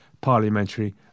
parliamentary